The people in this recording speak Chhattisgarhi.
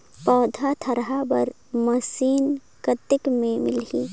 पौधा थरहा बर मशीन कतेक मे मिलही?